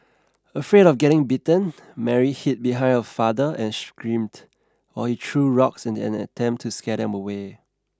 afraid of getting bitten Mary hid behind her father and screamed while he threw rocks in an attempt to scare them away